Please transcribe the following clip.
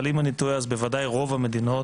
אבל אם אני טועה אז בוודאי רוב המדינות